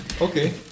Okay